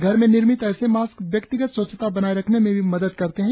घर में निर्मित ऐसे मास्क व्यक्तिगत स्वच्छता बनाए रखने में भी मदद करते हैं